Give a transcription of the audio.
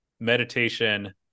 meditation